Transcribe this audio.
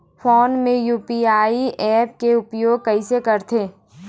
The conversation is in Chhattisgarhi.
फोन मे यू.पी.आई ऐप के उपयोग कइसे करथे?